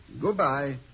Goodbye